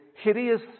hideous